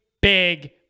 big